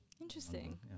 Interesting